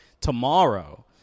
tomorrow